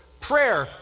Prayer